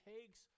takes